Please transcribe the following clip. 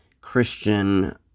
Christian